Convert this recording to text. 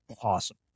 Awesome